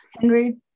Henry